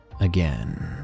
again